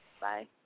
Bye